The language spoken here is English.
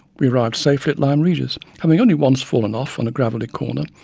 we arrived safely at lyme regis, having only once fallen off on a gravelly corner,